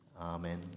Amen